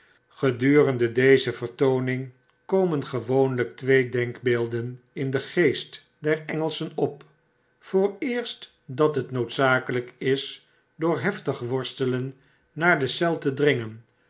gedurende deze vertooning komen gewoonlijk twee denkbeelden in den geest der engelschen op vooreerst dat het noodzakelqk is door heftig worstelen naar de eel te dringen